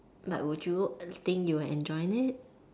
but would you think you will enjoy it